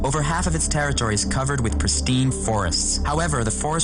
זה חשוב, זה נחמד, זה בסדר זה לא העיקר.